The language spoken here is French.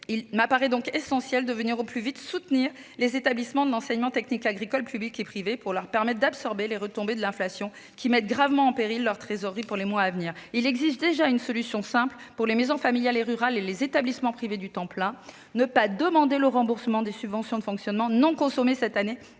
Il me semble donc essentiel de soutenir au plus vite les établissements de l'enseignement technique agricole, publics et privés, afin de leur permettre d'absorber les retombées de l'inflation, qui mettent gravement en péril leur trésorerie pour les mois à venir. Il existe déjà une solution simple pour les maisons familiales et rurales et les établissements privés agricoles du temps plein : il ne faut pas leur demander le remboursement des subventions de fonctionnement non consommées cette année